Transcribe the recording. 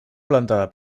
plantada